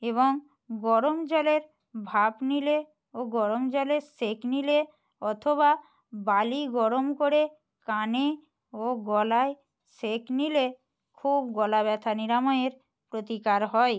এবং গরম জলের ভাপ নিলে ও গরম জলে সেঁক নিলে অথবা বালি গরম করে কানে ও গলায় সেঁক নিলে খুব গলা ব্যথা নিরাময়ের প্রতিকার হয়